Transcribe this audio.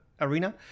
arena